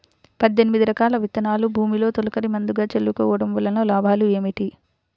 పద్దెనిమిది రకాల విత్తనాలు భూమిలో తొలకరి ముందుగా చల్లుకోవటం వలన లాభాలు ఏమిటి?